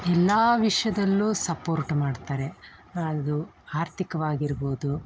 ಎಲ್ಲ ವಿಷಯದಲ್ಲೂ ಸಪ್ಪೋರ್ಟ್ ಮಾಡ್ತಾರೆ ಅದು ಆರ್ಥಿಕವಾಗಿರ್ಬೋದು